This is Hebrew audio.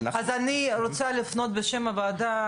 אז אני רוצה לפנות בשם הוועדה,